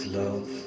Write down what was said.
love